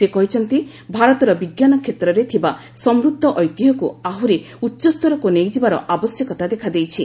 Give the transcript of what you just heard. ସେ କହିଛନ୍ତି ଭାରତର ବିଜ୍ଞାନ କ୍ଷେତ୍ରରେ ଥିବା ସମୃଦ୍ଧ ଐତିହ୍ୟକୁ ଆହୁରି ଉଚ୍ଚସ୍ତରକୁ ନେଇଯିବାର ଆବଶ୍ୟକତା ଦେଖାଦେଇଛି